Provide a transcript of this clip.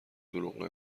دروغ